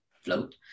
float